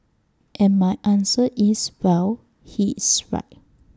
and my answer is well he's right